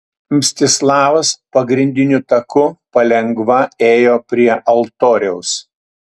mstislavas pagrindiniu taku palengva ėjo prie altoriaus